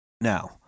Now